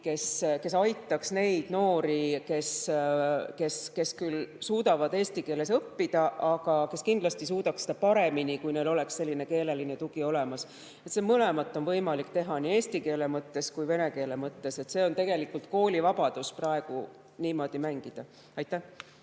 kes aitaks neid noori, kes küll suudavad eesti keeles õppida, aga kes kindlasti suudaks seda paremini, kui neil oleks selline keeletugi olemas. Mõlemat on võimalik teha nii eesti keele mõttes kui vene keele mõttes. Tegelikult on koolil vabadus praegu niimoodi mängida. Aitäh